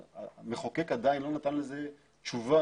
המחוקק עדיין לא נתן לזה תשובה,